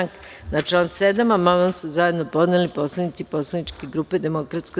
Na član 7. amandman su zajedno podneli poslanici Poslaničke grupe DS.